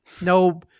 No